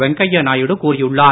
வெங்கையாநாயுடு கூறியுள்ளார்